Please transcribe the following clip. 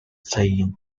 seen